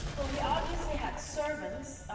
well, he obviously had servants,